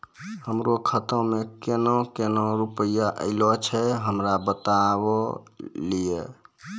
हमरो खाता मे केना केना रुपैया ऐलो छै? हमरा बताय लियै?